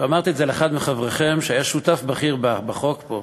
ואמרתי את זה לאחד מחבריכם שהיה שותף בכיר בחוק פה,